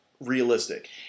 realistic